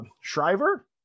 Shriver